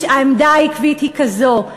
העמדה העקבית היא כזאת,